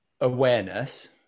awareness